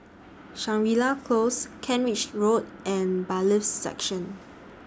Shangri La Close Kent Ridge Road and Bailiffs' Section